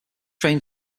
train